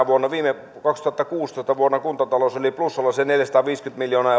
vuonna kaksituhattakuusitoista kuntatalous oli plussalla noin sen neljäsataaviisikymmentä miljoonaa